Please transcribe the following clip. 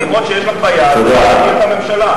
החתימות שיש לך ביד זה לא להפיל את הממשלה.